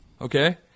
okay